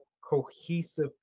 cohesive